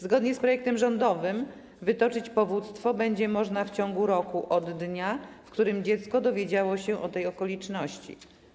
Zgodnie z projektem rządowym wytoczyć powództwo będzie można w ciągu roku od dnia, w którym dziecko dowiedziało się o tej okoliczności.